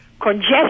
congestion